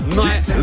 night